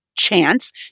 chance